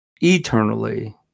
Eternally